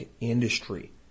industry